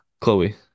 Chloe